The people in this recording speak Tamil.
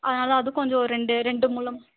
அதனால் அது கொஞ்சம் ஒரு ரெண்டு ரெண்டு முழம்